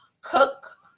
cook